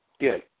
Good